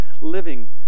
living